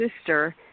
sister